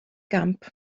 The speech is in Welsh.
gamp